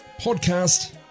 Podcast